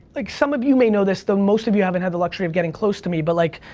like some of you may know this, though, most of you haven't had the luxury of getting close to me, but like,